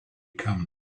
come